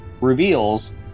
reveals